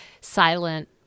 silent